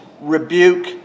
rebuke